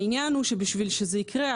העניין הוא שבשביל שזה יקרה,